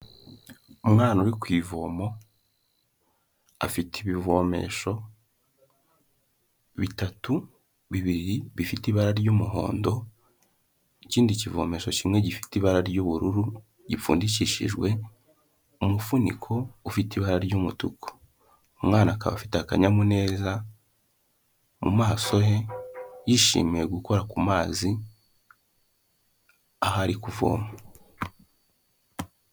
Umwana uri ku ivomo afite ibivomesho bitatu, bibiri bifite ibara ry'umuhondo, ikindi kivomesha kimwe gifite ibara ry'ubururu gipfundikishijwe umufuniko ufite ibara ry'umutuku. Umwana akaba afite akanyamuneza mu maso he, yishimiye gukora ku mazi ahari kuvoma.